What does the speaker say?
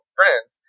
friends